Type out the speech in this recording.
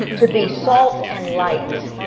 to be salt and light.